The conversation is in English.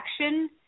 action